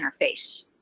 interface